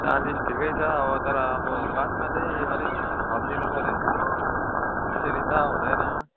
चालिस ठिकै छ अब तर अब बादमा चाहिँ अलिक थपिदिनु पर्यो त्यसरी त हुँदैन